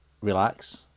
relax